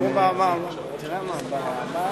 בעד,